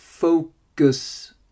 focus